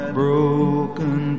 broken